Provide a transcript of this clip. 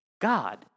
God